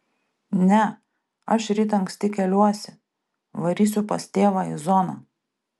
ne aš ryt anksti keliuosi varysiu pas tėvą į zoną